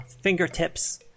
fingertips